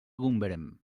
gombrèn